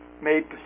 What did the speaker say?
made